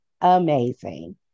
amazing